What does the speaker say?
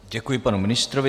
Děkuji panu ministrovi.